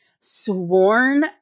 sworn